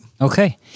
Okay